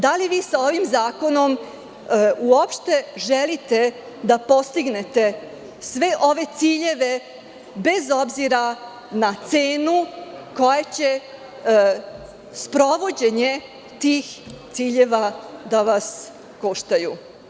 Da li vi sa ovim zakonom uopšte želite da postignete sve ove ciljeve, bez obzira na cenu koja će sprovođenjem tih ciljeva da vas košta?